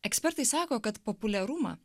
ekspertai sako kad populiarumą